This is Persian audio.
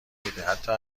میده، حتا